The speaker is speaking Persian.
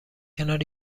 کنار